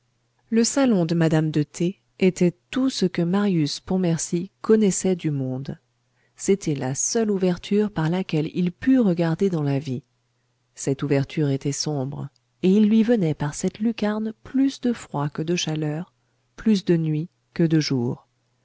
le salon de madame de t était tout ce que marius pontmercy connaissait du monde c'était la seule ouverture par laquelle il pût regarder dans la vie cette ouverture était sombre et il lui venait par cette lucarne plus de froid que de chaleur plus de nuit que de jour